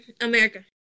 America